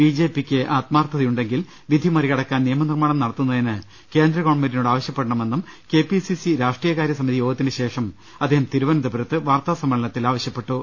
B ജെ പിക്ക് ആത്മാർത്ഥതയുണ്ടെ ങ്കിൽ വിധി മറികടക്കാൻ നിയമനിർമ്മാണം നടത്തുന്നതിന് കേന്ദ്ര ഗവൺമെന്റിനോട് ആവശ്യപ്പെടണമെന്നും കെ പി സി സി രാഷ്ട്രീയകാര്യ സമിതി യോഗത്തിനുശേഷം അദ്ദേഹം തിരുവനന്തപുരത്ത് വാർത്താ സമ്മേളനത്തിൽ ആവശ്യപ്പെട്ടു